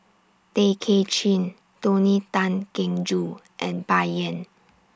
Tay Kay Chin Tony Tan Keng Joo and Bai Yan